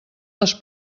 les